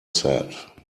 sad